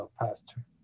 pastor